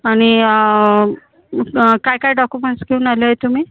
आणि काय काय डॉकुमेंट्स घेऊन आला आहे तुम्ही